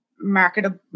marketable